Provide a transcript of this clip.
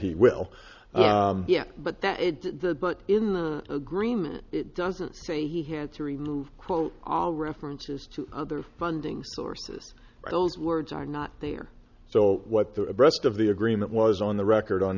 he will yes but that but in the agreement it doesn't say he had to remove quote all references to other funding sources those words are not there so what the rest of the agreement was on the record on